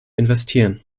investieren